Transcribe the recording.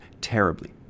terribly